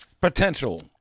potential